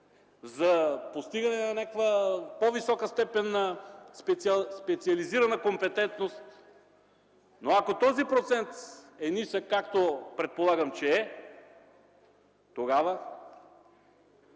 за постигане на някаква по-висока степен на специализирана компетентност. Но ако този процент е нисък, както предполагам, че е, тогава?